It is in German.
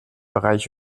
bereich